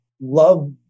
love